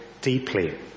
deeply